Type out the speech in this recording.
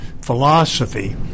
philosophy